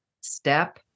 Step